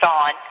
on